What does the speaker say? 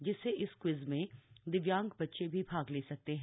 जिससे इस क्विज में दिव्यांग बच्चे भी भाग ले सकते हैं